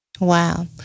Wow